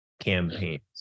campaigns